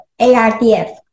ARDF